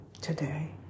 today